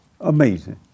Amazing